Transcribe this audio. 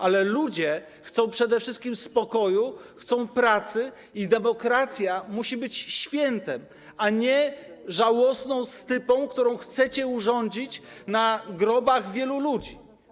Ale ludzie chcą przede wszystkim spokoju, chcą pracy i demokracja musi być świętem, a nie żałosną stypą, którą chcecie urządzić na grobach wielu ludzi.